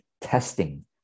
testing